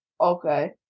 Okay